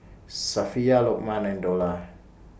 Safiya Lokman and Dollah